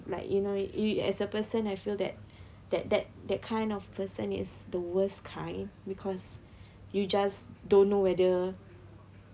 like you know you as a person I feel that that that that kind of person is the worst kind because you just don't know whether